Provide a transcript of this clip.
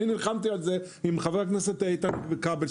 אני נלחמתי על זה עם חבר הכנסת איתן כבל,